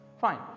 Fine